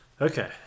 Okay